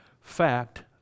fact